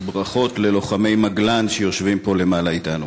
וברכות ללוחמי מגלן שיושבים פה למעלה אתנו,